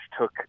took